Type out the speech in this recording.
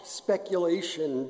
speculation